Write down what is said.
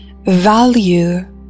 value